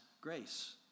grace